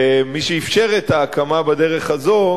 מי שאפשר את ההקמה בדרך הזאת,